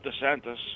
DeSantis